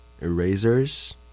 Erasers